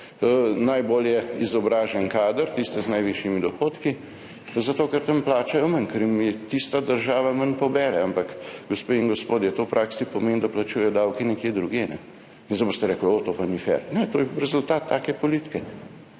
najbolje izobražen kader, tiste z najvišjimi dohodki, zato ker tam plačajo manj, ker jim tista država manj pobere. Ampak, gospe in gospodje, to v praksi pomeni, da plačujejo davke nekje drugje. In zdaj boste rekli, o, to pa ni fer - ne, to je rezultat take politike.